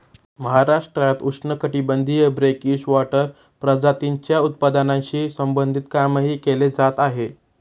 महाराष्ट्रात उष्णकटिबंधीय brackish water प्रजातींच्या उत्पादनाशी संबंधित कामही केले जात आहे